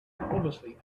obviously